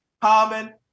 common